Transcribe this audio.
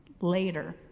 later